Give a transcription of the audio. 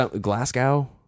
Glasgow